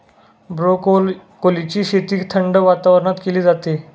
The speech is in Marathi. ब्रोकोलीची शेती थंड वातावरणात केली जाते